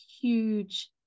huge